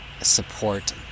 Support